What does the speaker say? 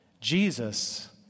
Jesus